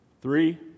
three